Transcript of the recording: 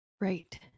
Right